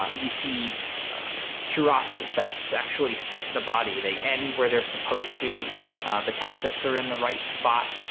um you see cuirasses that actually fit the body they end where they're supposed to the tassets are in the right spot.